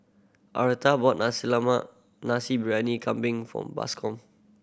Arletta bought nasi landmark Nasi Briyani Kambing for Bascom